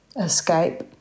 escape